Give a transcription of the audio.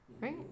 Right